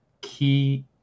key